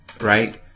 right